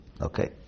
okay